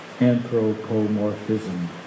anthropomorphism